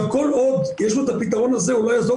כל עוד יש לו את הפתרון הזה הוא לא יעזוב